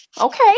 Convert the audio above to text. Okay